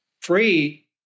Free